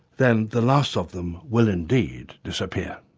then the last of them will indeed disappear